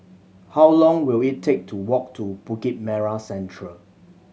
how long will it take to walk to Bukit Merah Central